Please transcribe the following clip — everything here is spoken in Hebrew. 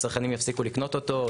הצרכנים יפסיקו לקנות אותו.